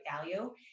value